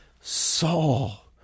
Saul